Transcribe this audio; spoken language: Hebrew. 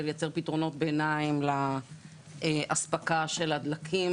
לייצר פתרונות ביניים לאספקה של הדלקים,